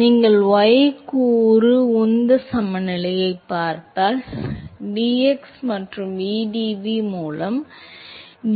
நீங்கள் y கூறு உந்த சமநிலையைப் பார்த்தால் நீங்கள் dx மற்றும் vdv மூலம்